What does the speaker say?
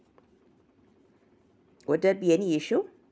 would there be any issue